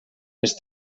les